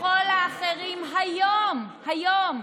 בכל האחרים, היום, היום,